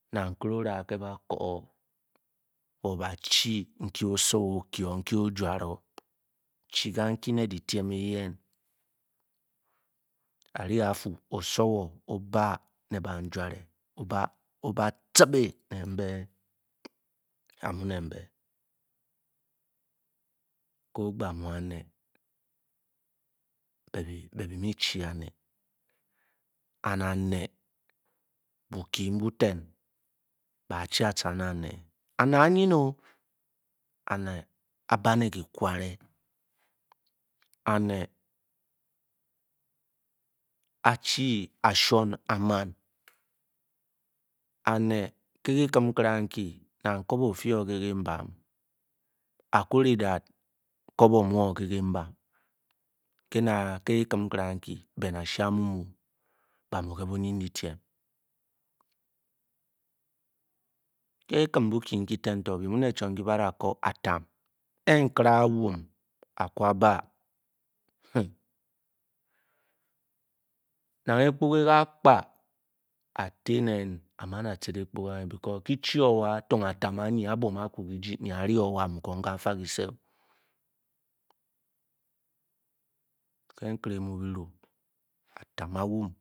Na inkere ora nthe ba ku owoba chi inke osowor ojuale wa chanhi le lekan we yen are afuu asowor o-ban he nan ouehe oba tepe lembe boki bote ba chi atah on ne ane ayen oh aba li ka kwele ane achi asion anem leke kwara nah pobo ot few le nembam ka fa kese oh ke mkele mu bo wa atam awum